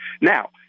now